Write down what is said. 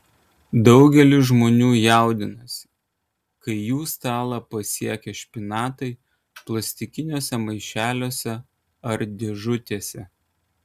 daugelis žmonių jaudinasi kai jų stalą pasiekia špinatai plastikiniuose maišeliuose ar dėžutėse